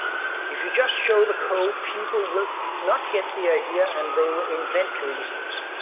if you just show the code, people will not get the idea and they will invent reasons